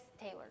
Taylor